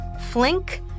Flink